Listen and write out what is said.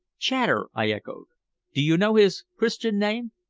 chater. i echoed. do you know his christian name?